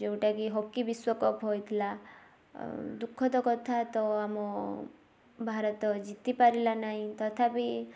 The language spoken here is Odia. ଯେଉଁଟା କି ହକି ବିଶ୍ୱକପ ହୋଇଥିଲା ଦୁଃଖଦ କଥା ତ ଆମ ଭାରତ ଜିତିପାରିଲା ନାହିଁ ତଥାପି